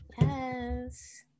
Yes